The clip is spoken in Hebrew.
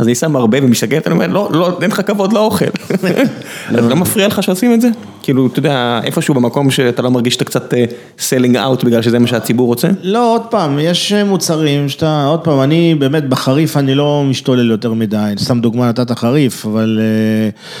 אני שם הרבה ומשתגע, אתה אומר, לא, לא, אין לך כבוד לאוכל. זה לא מפריע לך שעושים את זה? כאילו, אתה יודע, איפשהו במקום שאתה לא מרגיש שאתה קצת סיילינג אאוט בגלל שזה מה שהציבור רוצה? לא, עוד פעם, יש מוצרים שאתה, עוד פעם, אני באמת, בחריף אני לא משתולל יותר מדי. סתם דוגמא נתת חריף, אבל...